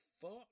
fuck